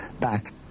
back